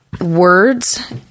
words